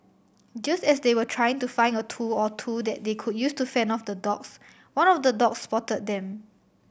just as they were trying to find a tool or two that they could use to fend off the dogs one of the dogs spotted them